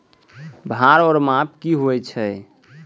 भार ओर माप की होय छै?